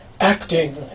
acting